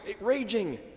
raging